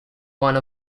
one